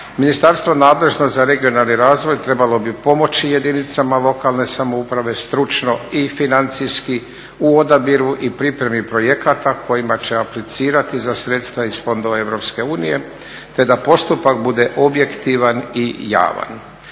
Ministarstvo nadležno za regionalni razvoj trebalo bi pomoći jedinicama lokalne samouprave stručno i financijski u odabiru i pripremi projekata kojima će aplicirati za sredstva iz fondova EU, te da postupak bude objektivan i javan.